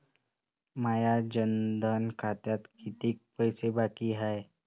माया जनधन खात्यात कितीक पैसे बाकी हाय?